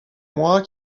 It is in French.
mois